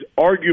arguably